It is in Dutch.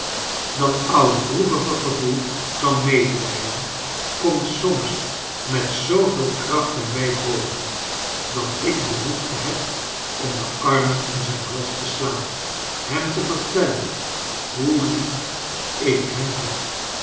dat oude droevige gevoel van medelijden komt somtijds met zooveei kracht bij mij boven dat ik behoefte heb om de armen om zijn lials te slaan hem te vertellen hoe lief ik hem heb